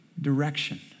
direction